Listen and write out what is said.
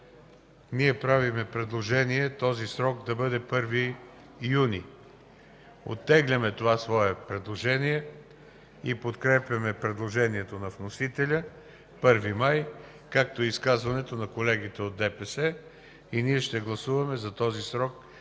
ние правим предложението този срок да бъде 1 юни. Оттегляме това свое предложение и подкрепяме предложението на вносителя 1 май, както и изказването на колегите от ДПС. Ние ще гласуваме за този срок,